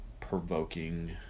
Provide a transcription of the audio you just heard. provoking